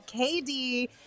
KD